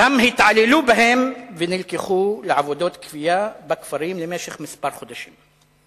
ושם התעללו בהם והם נלקחו לעבודות כפייה בכפרים למשך כמה חודשים.